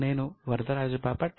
నేను వరదరాజ బాపట్